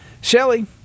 Shelly